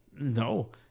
No